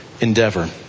endeavor